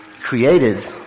created